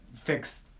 fix